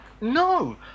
No